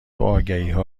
آگهیها